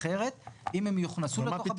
אחרת אם הם יוכנסו לתוך הביטוח הפרטי --- מה הפתרון?